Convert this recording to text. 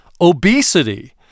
obesity